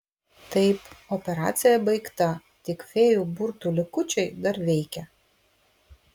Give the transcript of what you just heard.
taip operacija baigta tik fėjų burtų likučiai dar veikia